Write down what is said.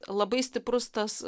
labai stiprus tas